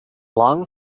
long